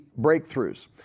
breakthroughs